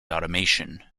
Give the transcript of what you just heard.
automation